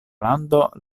lando